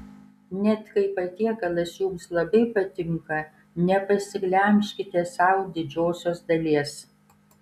net kai patiekalas jums labai patinka nepasiglemžkite sau didžiosios dalies